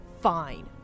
fine